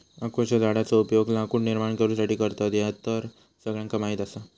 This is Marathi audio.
ओकाच्या झाडाचो उपयोग लाकूड निर्माण करुसाठी करतत, ह्या तर सगळ्यांका माहीत आसा